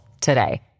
today